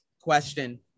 question